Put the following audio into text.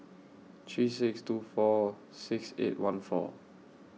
three six two four six eight one four